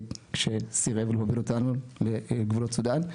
שסירב להוביל אותנו לגבולות סודן.